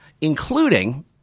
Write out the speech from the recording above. including